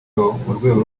n’urwego